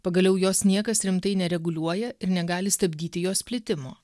pagaliau jos niekas rimtai nereguliuoja ir negali stabdyti jos plitimo